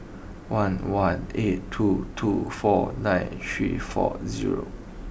one one eight two two four nine three four zero